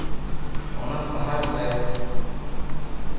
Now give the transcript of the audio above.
ᱚᱱᱟ ᱥᱟᱦᱟᱨ ᱨᱮ